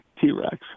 T-Rex